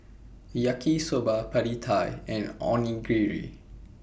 Yaki Soba Pad Thai and Onigiri